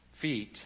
feet